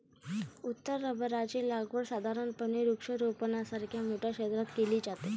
उत्तर रबराची लागवड साधारणपणे वृक्षारोपणासारख्या मोठ्या क्षेत्रात केली जाते